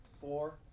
four